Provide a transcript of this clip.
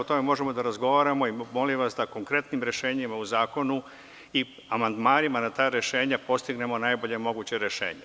O tome možemo da razgovaramo i molim vas da konkretnim rešenjem u zakonu i amandmanima na ta rešenja postignemo najbolje moguće rešenje.